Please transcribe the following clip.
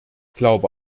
glaube